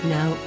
Now